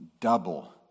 double